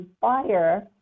fire